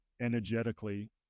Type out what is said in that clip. energetically